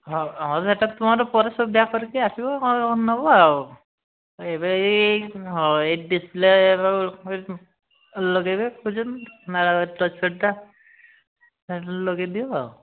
ହଁ ହଁ ସେଇଟା ତୁମର ପରେ ସୁବିଧା କରିକି ଆସିବ ହଁ ନେବ ଆଉ ଏବେ ଏଇ ହଁ ଡ଼ିସପ୍ଲେ ଲଗାଇବା ପର୍ଯ୍ୟନ୍ତ ଆର ଟଚପ୍ୟାଡ଼୍ଟା ଲଗାଇଦିଅ ଆଉ